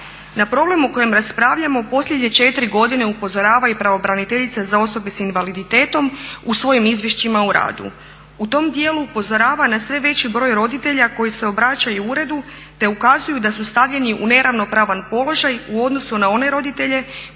Na problem o kojem raspravljamo posljednje 4 godine upozorava i pravobraniteljica za osobe s invaliditetom u svojim izvješćima o radu. U tom dijelu upozorava na sve veći broj roditelja koji se obraćaju uredu te ukazuju da su stavljeni u neravnopravan položaj u odnosu na one roditelje